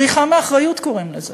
בריחה מאחריות קוראים לזה.